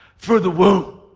further whoa.